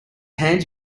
hands